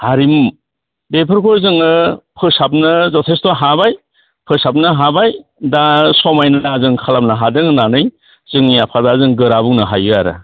हारिमु बेफोरखौ जोङो फोसाबनो जथेसथ' हाबाय फोसाबनो हाबाय दा समायना जों खालामनो हादों होननानै जोंनि आफाद जों गोरा बुंनो हायो आरो